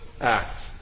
act